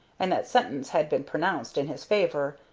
and that sentence had been pronounced in his favor,